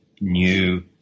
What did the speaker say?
new